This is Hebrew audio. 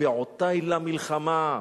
אצבעותי למלחמה.